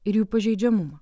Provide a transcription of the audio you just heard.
ir jų pažeidžiamumą